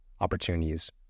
opportunities